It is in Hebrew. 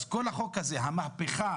אז כל החוק הזה, המהפכה